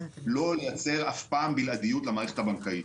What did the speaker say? לא לייצר אף פעם בלעדיות למערכת הבנקאית.